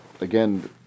again